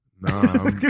Nah